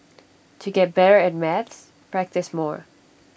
to get better at maths practise more